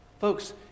Folks